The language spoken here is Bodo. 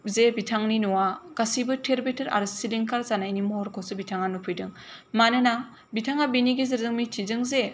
जे बिथांनि न'आ गासैबो थेर बेथेर आरो सिलिंखार जानायनि महरखौसो बिथाङा नुफैदों मानोना बिथाङा बेनि गेजेरजों मिन्थिदों जे